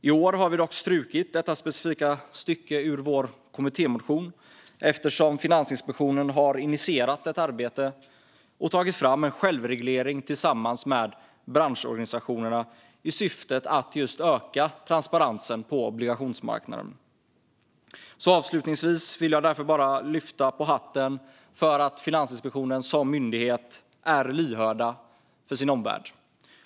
I år har vi dock strukit detta specifika stycke ur vår kommittémotion, eftersom Finansinspektionen har initierat ett arbete och tagit fram en självreglering tillsammans med branschorganisationerna i syfte att just öka transparensen på obligationsmarknaden. Avslutningsvis vill jag därför bara lyfta på hatten för att Finansinspektionen som myndighet är lyhörd för sin omvärld.